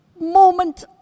moment